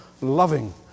loving